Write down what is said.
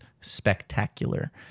spectacular